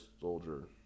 Soldier